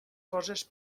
coses